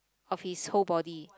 of his whole body